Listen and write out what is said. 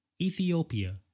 Ethiopia